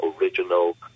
original